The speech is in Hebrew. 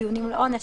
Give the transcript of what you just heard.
טיעונים לעונש,